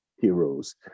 heroes